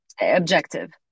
objective